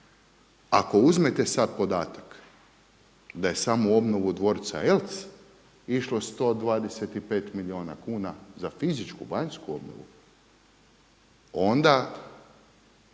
Ako uzmete sad podatak da je samo u obnovu dvorca Eltz išlo 125 milijuna kuna za fizičku, vanjsku obnovu onda